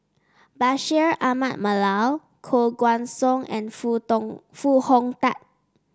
Bashir Ahmad Mallal Koh Guan Song and Foo Dong Foo Hong Tatt